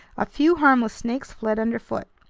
a few harmless snakes fled underfoot.